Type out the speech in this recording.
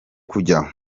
kujya